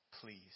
please